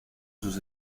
sus